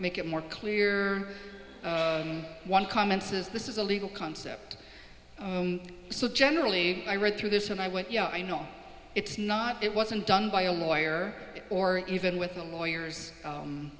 make it more clear one comment says this is a legal concept so generally i read through this and i went yeah i know it's not it wasn't done by a lawyer or even with the lawyers